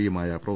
P യുമായ prof